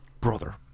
brother